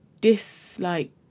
Dislike